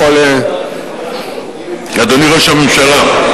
אדוני ראש הממשלה?